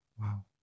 Wow